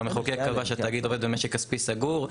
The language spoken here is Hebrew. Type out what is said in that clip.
גם המחוקק קבע שהתאגיד עובד במשק כספי סגור,